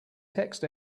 text